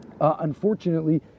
unfortunately